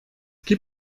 gib